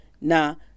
now